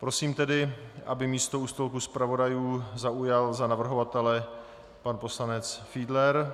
Prosím tedy, aby místo u stolku zpravodajů zaujal za navrhovatele pan poslanec Fiedler